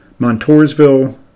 Montoursville